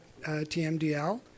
TMDL